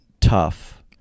tough